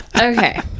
okay